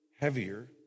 heavier